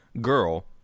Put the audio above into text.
girl